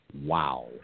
wow